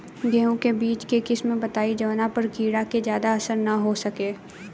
गेहूं के बीज के किस्म बताई जवना पर कीड़ा के ज्यादा असर न हो सके?